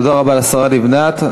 תודה רבה לשרה לבנת.